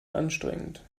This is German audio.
anstrengend